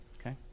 Okay